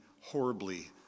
horribly